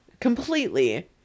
completely